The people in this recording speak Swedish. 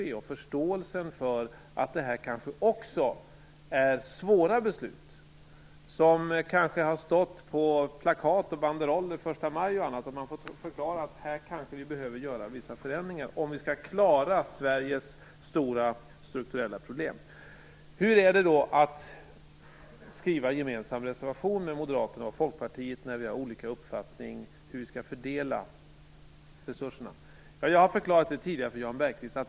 Det behövs en förståelse för att det här är svåra beslut som kanske har stått på plakat och banderoller på första maj. Man får förklara att vi kanske behöver göra vissa förändringar här om vi skall klara Sveriges stora strukturella problem. Hur är det att skriva en gemensam reservation med Moderaterna och Folkpartiet, när vi har olika uppfattning hur vi skall fördela resurserna? Jag har förklarat det tidigare för Jan Bergqvist.